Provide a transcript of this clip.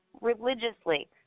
religiously